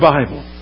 Bible